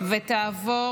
ותעבור